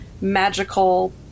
magical